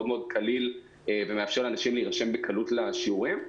זה קליל מאוד ומאפשר לאנשים להירשם בקלות לשיעורים.